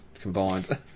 combined